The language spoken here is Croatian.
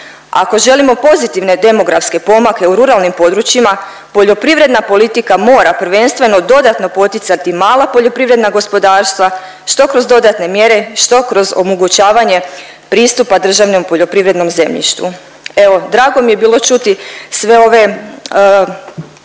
Ako želimo pozitivne demografske pomake u ruralnim područjima poljoprivredna politika mora prvenstveno dodatno poticati mala poljoprivredna gospodarstva što kroz dodatne mjere, što kroz omogućavanje pristupa državnom poljoprivrednom zemljištu. Evo, drago mi je bilo čuti sve ove